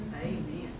Amen